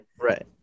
Right